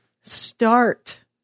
start